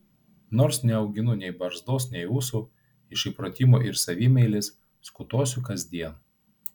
nors neauginu nei barzdos nei ūsų iš įpratimo ir savimeilės skutuosi kasdien